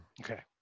Okay